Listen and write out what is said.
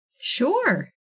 Sure